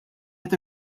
qed